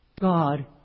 God